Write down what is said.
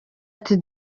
ati